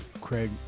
Craig